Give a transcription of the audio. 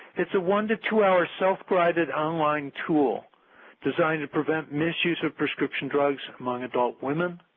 it is a one to two hour, self-directed, online tool designed to prevent misuse of prescription drugs among adult women.